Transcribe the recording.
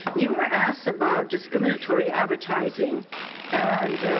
you were asked about discriminatory advertising and